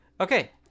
Okay